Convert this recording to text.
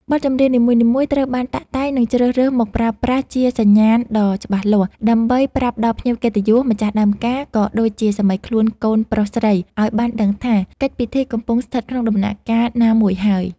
បទចម្រៀងនីមួយៗត្រូវបានតាក់តែង និងជ្រើសរើសមកប្រើប្រាស់ជាសញ្ញាណដ៏ច្បាស់លាស់ ដើម្បីប្រាប់ដល់ភ្ញៀវកិត្តិយស ម្ចាស់ដើមការ ក៏ដូចជាសាមីខ្លួនកូនប្រុសស្រីឱ្យបានដឹងថា កិច្ចពិធីកំពុងស្ថិតក្នុងដំណាក់កាលណាមួយហើយ។